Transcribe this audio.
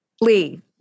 Lee